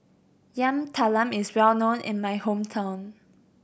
Yam Talam is well known in my hometown